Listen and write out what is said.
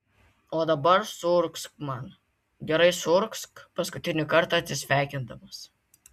o dabar suurgzk man gerai suurgzk paskutinį kartą atsisveikindamas